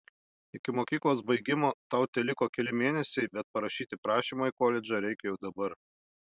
iki mokyklos baigimo tau teliko keli mėnesiai bet parašyti prašymą į koledžą reikia jau dabar